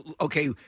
okay